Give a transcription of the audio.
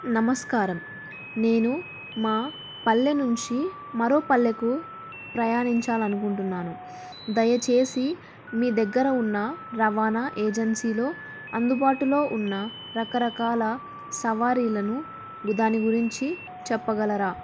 నమస్కారం నేను మా పల్లె నుంచి మరోపల్లెకు ప్రయాణించాలనుకుంటున్నాను దయచేసి మీ దగ్గర ఉన్న రవాణా ఏజెన్సీలో అందుబాటులో ఉన్న రకరకాల సవారీలను దాని గురించి చెప్పగలరా